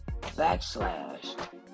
backslash